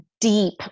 deep